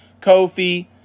Kofi